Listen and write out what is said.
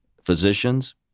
physicians